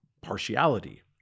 partiality